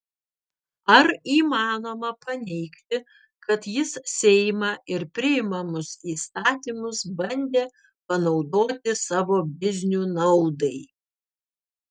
ar įmanoma paneigti kad jis seimą ir priimamus įstatymus bandė panaudoti savo biznių naudai